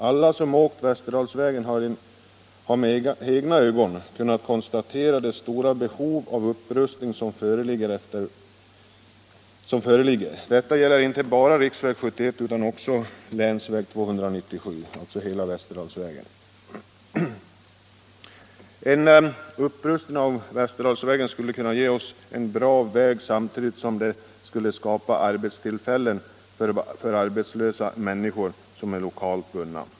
Alla som åkt Västerdalsvägen har med egna ögon kunnat konstatera det stora behov av upprustning som föreligger — detta gäller inte enbart riksväg 71 utan också länsväg 297, alltså hela Västerdalsvägen. En upprustning av Västerdalsvägen skulle kunna ge oss en bra väg samtidigt som det skulle skapa arbetstillfällen för arbetslösa människor, som är lokalt bundna.